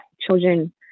children